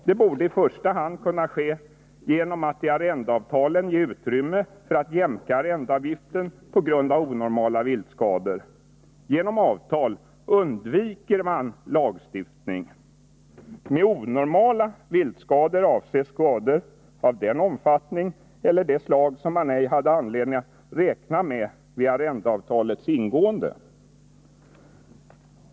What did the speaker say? Det borde i första hand kunna ske genom att man i arrendeavtalen ger utrymme för att jämka arrendeavgiften på grund av onormala viltskador. Genom avtal undviker man lagstiftning. Med onormala viltskador avses skador av den omfattning eller det slag som man ej hade anledning att räkna med vid arrendeavtalets ingående.